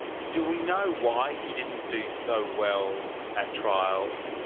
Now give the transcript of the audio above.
do we know why he didn't do so well at trial?